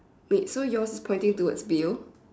wait so yours is pointing towards bill